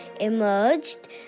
emerged